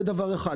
זה דבר אחד.